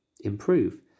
improve